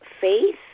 faith